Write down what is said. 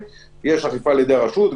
ויש גם אכיפה על ידי הרשות.